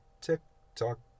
tick-tock